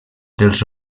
dels